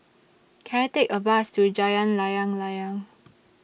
Can I Take A Bus to Jalan Layang Layang